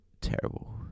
terrible